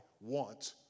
want